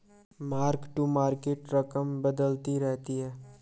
mark to market रकम बदलती रहती है